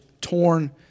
torn